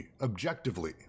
objectively